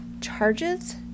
charges